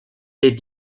des